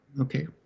Okay